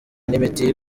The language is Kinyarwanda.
n’imiti